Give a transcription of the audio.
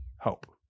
hope